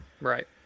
Right